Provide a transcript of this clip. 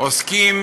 עוסקים